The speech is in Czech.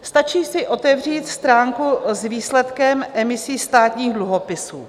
Stačí si otevřít stránku s výsledkem emisí státních dluhopisů.